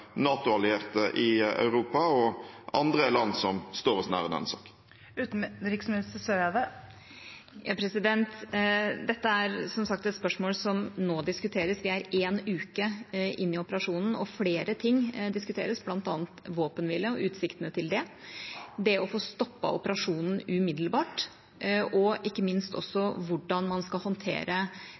i Europa og andre land som står oss nær i denne saken. Dette er som sagt et spørsmål som nå diskuteres. Vi er én uke inne i operasjonen, og flere ting diskuteres, bl.a. våpenhvile og utsiktene til det, det å få stoppet operasjonen umiddelbart og ikke minst også hvordan man skal håndtere